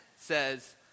says